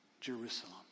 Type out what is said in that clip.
Jerusalem